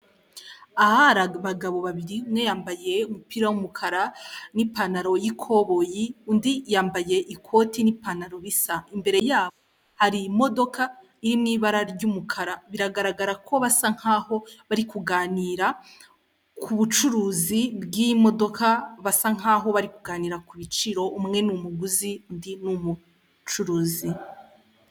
aha hari abagabo babiri umwe yambaye umupira w'umukara n'ipantaro y'ikoboyi undi yambaye ikoti n'ipantaro bisa imbere yabo hari imodoka iri mu ibara ry'umukara biragaragara ko basa nkaho bari kuganira kubucuruzi bw'iyimodoka basa nkaho bari kuganira kubiciro umwe numuguzi undi ni umucuruzi